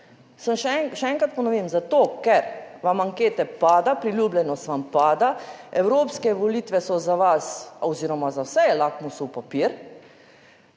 še enkrat ponovim: zato, ker vam ankete pada, priljubljenost vam pada. Evropske volitve so za vas oziroma za vse lakmusov papir.